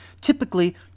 typically